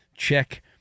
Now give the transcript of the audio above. Check